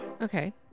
Okay